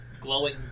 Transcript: glowing